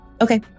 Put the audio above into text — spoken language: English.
Okay